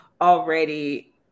already